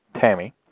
Tammy